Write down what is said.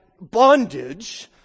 bondage